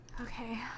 okay